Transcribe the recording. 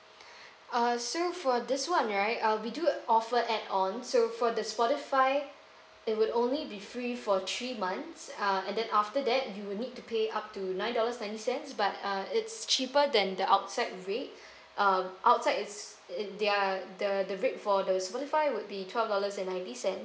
uh so for this one right uh we do offer add on so for the spotify it would only be free for three months uh and then after that you will need to pay up to nine dollars ninety cents but uh it's cheaper than the outside rate uh outside it's it they're the the rate for the spotify would be twelve dollars and ninety cents